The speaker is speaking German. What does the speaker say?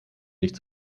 nicht